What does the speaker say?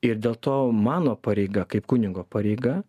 ir dėl to mano pareiga kaip kunigo pareiga